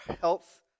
health